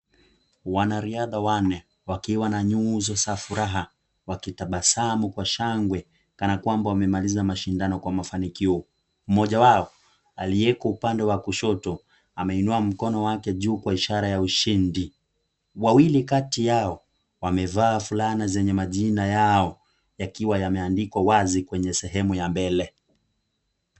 Wanariadha wanne wakiwa na nyuso za furaha, wakitabasamu kwa shangwe kama kwamba wamemaliza mashindano kwa mafanikio. Mmoja wao alioko upande wa kushoto ameinua mkono wake juu kwa ishara ya ushind. Wawili kati yao wamevaa fulana zenye majina yao yakiwa yameandikwa wazi kwenye sehemu ya mbele.